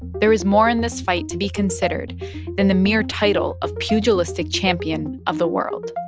there is more in this fight to be considered than the mere title of pugilistic champion of the world